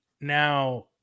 now